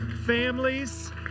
families